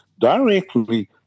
directly